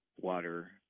water